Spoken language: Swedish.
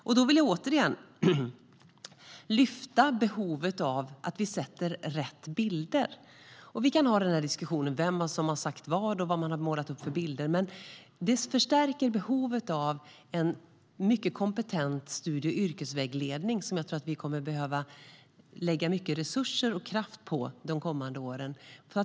Jag vill återigen lyfta behovet av att vi ger rätt bilder. Vi kan fortsätta diskutera vem som har sagt vad och vad man har målat upp för bilder. Detta förstärker behovet av en kompetent studie och yrkesvägledning. Det tror jag att vi kommer att behöva lägga mycket resurser och kraft på de kommande åren.